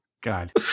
God